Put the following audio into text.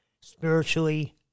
spiritually